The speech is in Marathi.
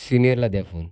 सिनियरला द्या फोन